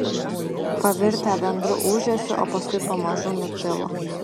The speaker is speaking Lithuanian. pavirtę bendru ūžesiu o paskui pamažu nutilo